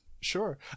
sure